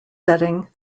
setting